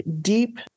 deep